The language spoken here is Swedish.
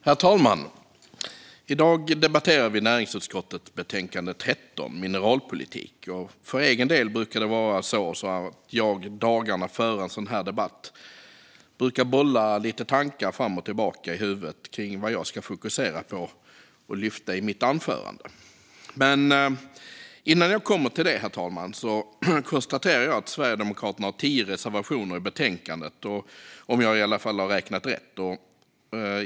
Herr talman! I dag debatterar vi näringsutskottets betänkande 13, Mineralpolitik . För egen del brukar jag dagarna före en sådan här debatt bolla lite tankar fram och tillbaka i huvudet kring vad jag ska fokusera på och lyfta i mitt anförande. Men innan jag kommer till det konstaterar jag att Sverigedemokraterna har tio reservationer i betänkandet, om jag har räknat rätt.